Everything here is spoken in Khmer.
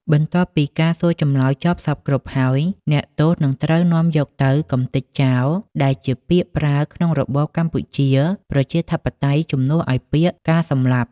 បន្ទាប់ពីការសួរចម្លើយចប់សព្វគ្រប់ហើយ អ្នកទោសនឹងត្រូវនាំយកទៅ “កម្ទេចចោល” ដែលជាពាក្យប្រើក្នុងរបបកម្ពុជាប្រជាធិបតេយ្យជំនួសឱ្យពាក្យ “ការសម្លាប់” ។